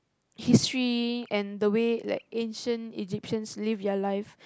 history and the way like ancient egyptians live their life